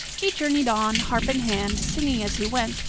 he journeyed on, harp in hand, singing as he went,